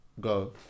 Go